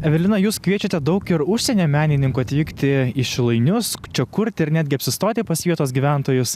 evelina jūs kviečiate daug ir užsienio menininkų atvykti į šilainius čia kurti ir netgi apsistoti pas vietos gyventojus